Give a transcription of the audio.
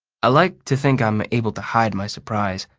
i like to think i'm able to hide my surprise.